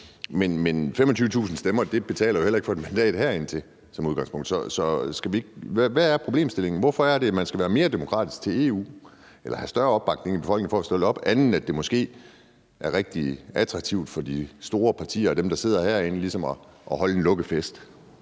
men 25.000 stemmer betaler jo heller ikke for et mandat herindtil som udgangspunkt. Så hvad er problemstillingen? Hvorfor er det, man skal være mere demokratisk eller have større opbakning i befolkningen for at kunne stille op til europaparlamentsvalg, andet end at det måske er rigtig attraktivt for de store partier af dem, der sidder herinde, ligesom at holde en lukket fest?